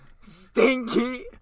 Stinky